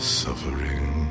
suffering